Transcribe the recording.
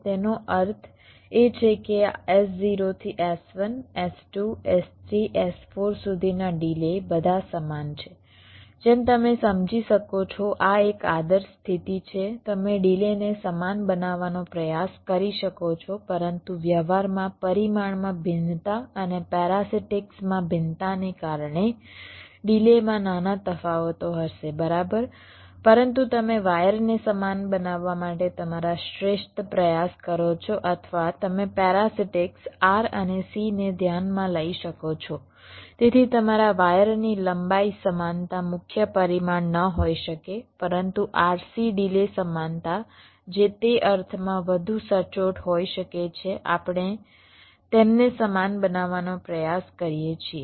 તેનો અર્થ એ છે કે આ S0 થી S1 S2 S3 S4 સુધીના ડિલે બધા સમાન છે જેમ તમે સમજી શકો છો આ એક આદર્શ સ્થિતિ છે તમે ડિલેને સમાન બનાવવાનો પ્રયાસ કરી શકો છો પરંતુ વ્યવહારમાં પરિમાણમાં ભિન્નતા અને પેરાસિટીક્સ માં ભિન્નતાને કારણે ડિલેમાં નાના તફાવતો હશે બરાબર પરંતુ તમે વાયરને સમાન બનાવવા માટે તમારા શ્રેષ્ઠ પ્રયાસ કરો છો અથવા તમે પેરાસિટીક્સ R અને C ને ધ્યાનમાં લઈ શકો છો તેથી તમારા વાયરની લંબાઈ સમાનતા મુખ્ય પરિમાણ ન હોઈ શકે પરંતુ RC ડિલે સમાનતા જે તે અર્થમાં વધુ સચોટ હોઈ શકે છે આપણે તેમને સમાન બનાવવાનો પ્રયાસ કરીએ છીએ